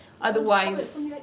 otherwise